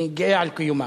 אני גאה על קיומה,